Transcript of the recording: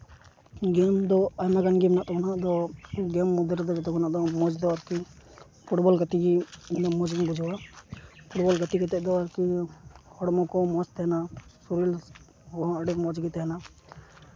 ᱜᱮᱢ ᱫᱚ ᱟᱭᱢᱟ ᱜᱟᱱ ᱜᱮ ᱢᱮᱱᱟᱜ ᱛᱟᱵᱚᱱᱟ ᱟᱫᱚ ᱜᱮᱢ ᱢᱚᱫᱽᱫᱷᱮ ᱨᱮᱫᱚ ᱡᱚᱛᱚ ᱠᱷᱚᱱᱟᱜ ᱫᱚ ᱢᱚᱡᱽ ᱫᱚ ᱟᱨᱠᱤ ᱯᱷᱩᱴᱵᱚᱞ ᱜᱟᱛᱮ ᱜᱮ ᱢᱚᱡᱽ ᱫᱩᱧ ᱵᱩᱡᱷᱟᱹᱣᱟ ᱯᱷᱩᱴᱚᱞ ᱜᱟᱛᱮ ᱠᱟᱛᱮ ᱫᱚ ᱟᱨᱠᱤ ᱦᱚᱲᱢᱚ ᱠᱚ ᱢᱚᱡᱽ ᱛᱟᱦᱮᱱᱟ ᱥᱚᱨᱤᱨ ᱦᱚᱸ ᱟᱹᱰᱤ ᱢᱚᱡᱽ ᱜᱮ ᱛᱟᱦᱮᱱᱟ